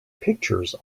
pictures